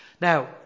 Now